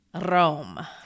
Rome